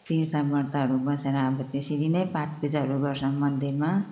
तीर्थ व्रतहरू बसेर अब त्यसरी नै पाठपूजाहरू गर्छन् मन्दिरमा